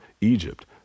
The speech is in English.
Egypt